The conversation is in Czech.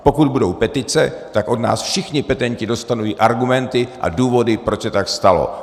Pokud budou petice, tak od nás všichni petenti dostanou i argumenty a důvody, proč se tak stalo.